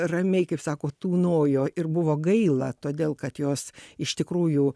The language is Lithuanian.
ramiai kaip sako tūnojo ir buvo gaila todėl kad jos iš tikrųjų